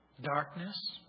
Darkness